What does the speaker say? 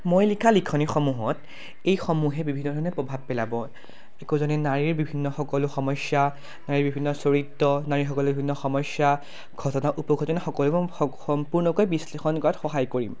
মই লিখা লিখনিসমূহত এইসমূহে বিভিন্ন ধৰণে প্ৰভাৱ পেলাব একোজনী নাৰীৰ বিভিন্ন সকলো সমস্যা নাৰীৰ বিভিন্ন চৰিত্ৰ নাৰীৰ সকলো বিভিন্ন সমস্যা ঘটনা উপঘটনা সকলোবোৰ সম্পূৰ্ণকৈ বিশ্লেষণ কৰাত সহায় কৰিম